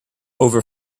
over